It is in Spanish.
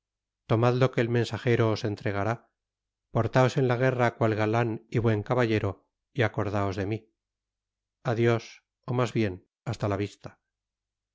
tomad lo que el mensajero os entregará portaos en la guerra cual galan y buen caballero y acordaos de mi adios ó mas bien basta la vista